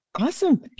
Awesome